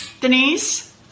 Denise